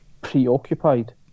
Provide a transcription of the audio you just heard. preoccupied